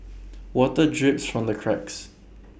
water drips from the cracks